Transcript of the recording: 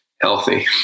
healthy